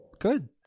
good